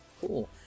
Cool